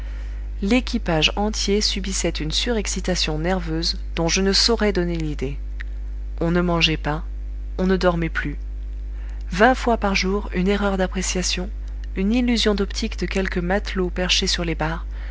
l'équipage entier subissait une surexcitation nerveuse dont je ne saurais donner l'idée on ne mangeait pas on ne dormait plus vingt fois par jour une erreur d'appréciation une illusion d'optique de quelque matelot perché sur les barres